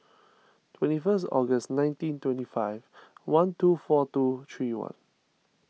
twenty first August nineteen twenty five one two four two three one